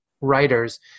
writers